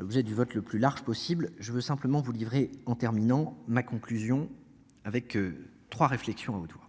L'objet du vote le plus large possible. Je veux simplement vous livrer en terminant ma conclusion avec 3 réflexions à haute voix.